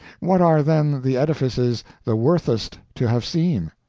what are then the edifices the worthest to have seen?